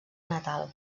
natal